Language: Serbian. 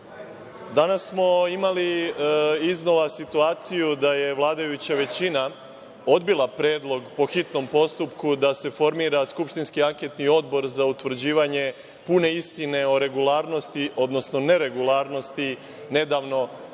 svima. Danas smo imali iznova situaciju da je vladajuća većina odbila predlog po hitnom postupku da se formira skupštinski anketni odbor za utvrđivanje pune istine o regularnosti odnosno neregularnosti nedavno, tj.